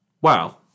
wow